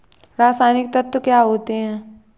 रसायनिक तत्व क्या होते हैं?